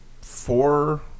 four